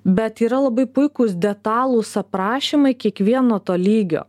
bet yra labai puikūs detalūs aprašymai kiekvieno to lygio